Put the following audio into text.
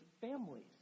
families